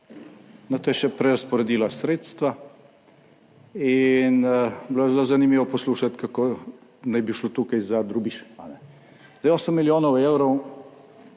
nato je še prerazporedila sredstva in bilo je zelo zanimivo poslušati kako naj bi šlo tukaj za drobiž. Zdaj 8 milijonov evrov